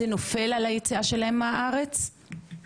אז יש נוהל שהוא לא של המנהל שלנו,